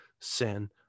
sin